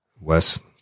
West